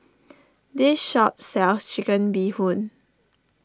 this shop sells Chicken Bee Hoon